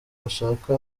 bashaka